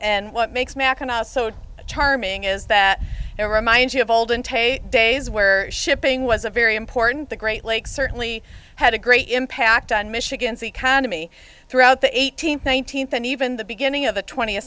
and what makes me so charming is that there remind you of old intake days where shipping was a very important the great lakes certainly had a great impact on michigan's economy throughout the eighteenth nineteenth and even the beginning of the twentieth